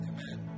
Amen